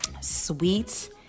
sweet